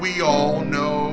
we all know